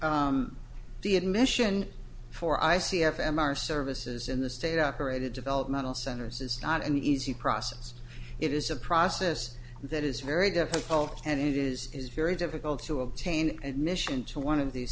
the the admission for i c f m r services in the state operated developmental centers is not an easy process it is a process that is very difficult and it is very difficult to obtain admission to one of these